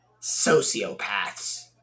Sociopaths